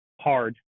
hard